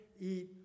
eat